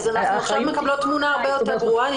אז עכשיו אנחנו מקבלות תמונה הרבה יותר ברורה,